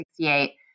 1968